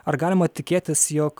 ar galima tikėtis jog